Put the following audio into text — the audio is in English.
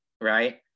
right